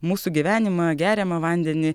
mūsų gyvenimą geriamą vandenį